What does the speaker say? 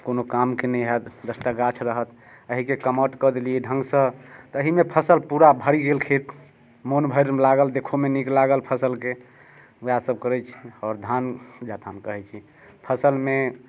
कोनो कामके नहि हैत दस टा गाछ रहत एहिके कमाठु कऽ देलियै ढङ्गसँ तऽ एहिमे फसल पूरा भरि गेल खेत मोन भरि लागल देखहोमे नीक लागल फसलकेँ उएहसभ करैत छी आओर धान जा धान कहै छी फसलमे